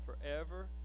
forever